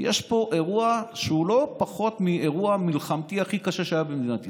יש פה אירוע שהוא לא פחות מאירוע מלחמתי הכי קשה שהיה במדינת ישראל.